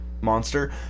monster